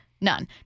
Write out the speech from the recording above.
None